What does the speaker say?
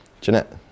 Jeanette